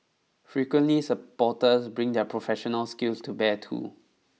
frequently supporters bring their professional skills to bear too